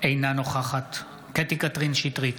אינה נוכחת קטי קטרין שטרית,